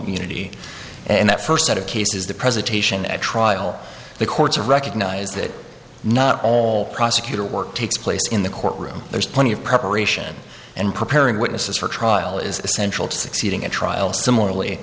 unity and that first set of cases the presentation at trial the courts are recognize that not all prosecutor work takes place in the courtroom there's plenty of preparation and preparing witnesses for trial is essential to succeeding at trial similarly